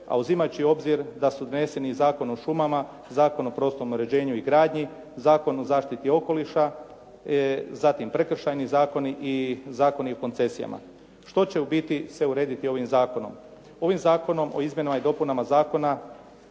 a uzimajući u obzir da su doneseni Zakon o šumama, Zakon o prostornom uređenju i gradnji, Zakon o zaštiti okoliša, zatim Prekršajni zakoni i Zakoni o koncesijama. Što će u biti se urediti ovim zakonom? Ovim Zakonom o izmjenama i dopunama Zakona